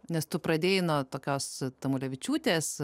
nes tu pradėjai nuo tokios tamulevičiūtės